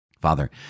Father